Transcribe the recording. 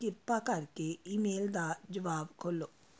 ਕਿਰਪਾ ਕਰਕੇ ਈਮੇਲ ਦਾ ਜਵਾਬ ਖੋਲ੍ਹੋ